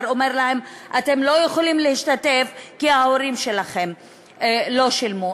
אומר להם: אתם לא יכולים להשתתף כי ההורים שלכם לא שילמו.